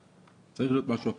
צריך להיות משהו אחר.